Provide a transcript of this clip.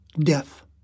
death